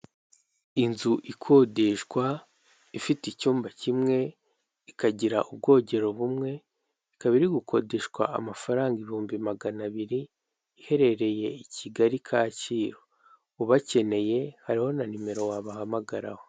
Inzu ikodeshwa, ifite icyumba kimwe, ikagira ubwogero bumwe, ikaba iri gukodeshwa amafaranga ibihumbi magana abiri, iherereye i Kigali, Kacyiru. Ubakeneye, hariho na nimero wabahamagaraho.